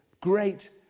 great